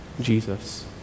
Jesus